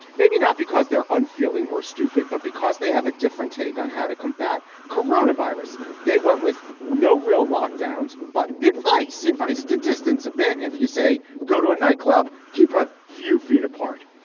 maybe not because they're unfeeling or stupid, but because they have a different take on how to combat corona virus. they went with no real lockdown's but advice advice to distance a bit. and if you say go to a nightclub, keep a few feet apart.